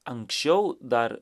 anksčiau dar